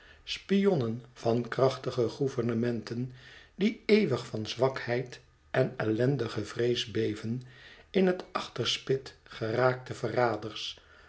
spionnen van krachtige gouvernementen die eeuwig van zwakheid en ellendige vrees beven in het achterspit geraakte verraders